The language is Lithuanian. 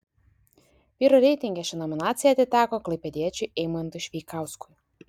vyrų reitinge ši nominacija atiteko klaipėdiečiui eimantui šveikauskui